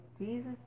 Jesus